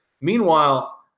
Meanwhile